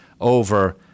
over